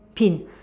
pin